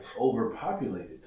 overpopulated